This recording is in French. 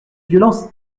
violence